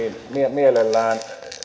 mielellään